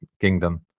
kingdom